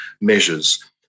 measures